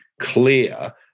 clear